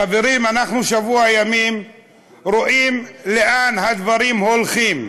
חברים, אנחנו שבוע ימים רואים לאן הדברים הולכים.